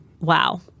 wow